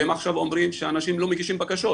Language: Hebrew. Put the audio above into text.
והם עכשיו אומרים שאנשים לא מגישים בקשות.